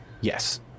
Yes